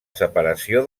separació